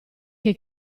che